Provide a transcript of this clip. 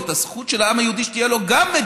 ואת הזכות של העם היהודי שתהיה גם לו מדינה,